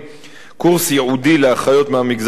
קורס ייעודי לאחיות מהמגזר הבדואי,